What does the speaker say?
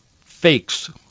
fakes